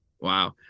Wow